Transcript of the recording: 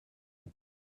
him